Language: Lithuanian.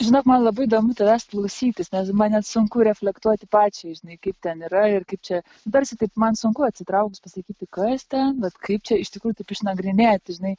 žinok man labai įdomu tavęs klausytis nes man net sunku reflektuoti pačiai žinai kaip ten yra ir kaip čia tarsi taip man sunku atsitraukus pasakyti kas ten bet kaip čia iš tikrųjų išnagrinėti žinai